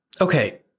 Okay